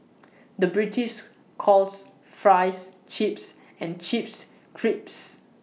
the British calls Fries Chips and Chips Crisps